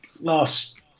last